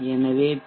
எனவே பி